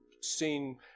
seen